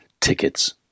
tickets